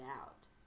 out